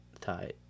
Tight